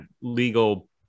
legal